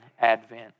Advent